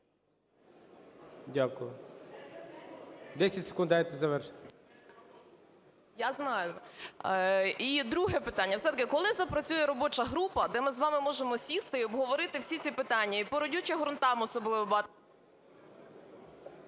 Дякую. 10 секунд дайте завершити. СЮМАР В.П. І друге питання. Все-таки коли запрацює робоча група, де ми з вами зможемо сісти і обговорити всі ці питання і по родючих ґрунтах особливо…